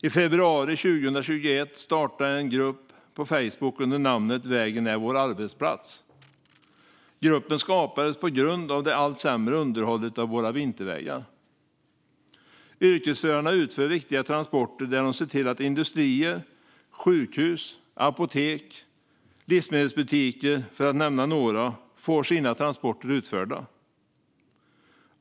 I februari 2021 startades en grupp på Facebook med namnet Vägen är vår arbetsplats. Gruppen skapades på grund av det allt sämre underhållet av våra vintervägar. Yrkesförarna ser till att industrier, sjukhus, apotek och livsmedelsbutiker - för att nämna några - får sina leveranser.